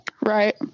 right